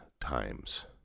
times